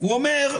הוא אומר,